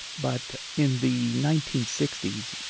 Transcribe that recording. but in the nineteen sixty s,